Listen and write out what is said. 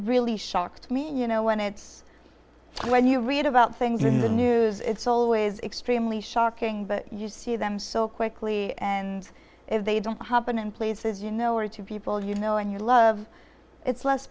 really shocked me you know when it's when you read about things in the news it's always extremely shocking but you see them so quickly and if they don't happen in places you know or two people you know and you love it's less